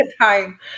time